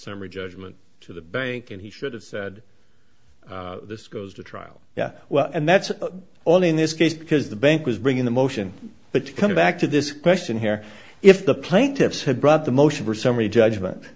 summary judgment to the bank and he should have said this goes to trial yeah well and that's only in this case because the bank was bringing the motion but to come back to this question here if the plaintiffs had brought the motion for summary judgment